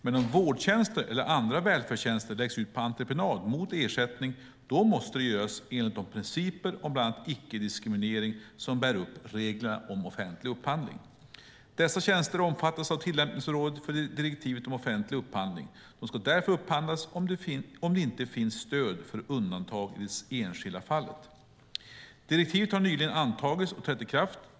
Men om vårdtjänster eller andra välfärdstjänster läggs ut på entreprenad mot ersättning, då måste det göras enligt de principer om bland annat icke-diskriminering som bär upp reglerna om offentlig upphandling. Dessa tjänster omfattas av tillämpningsområdet för direktivet om offentlig upphandling. De ska därför upphandlas om det inte finns stöd för undantag i det enskilda fallet. Direktiven har nyligen antagits och trätt i kraft.